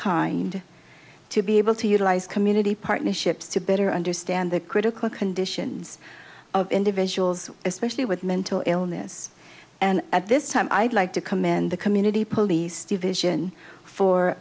kind to be able to utilize community partnerships to better understand the critical conditions of individuals especially with mental illness and at this time i'd like to commend the community police division for